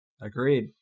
Agreed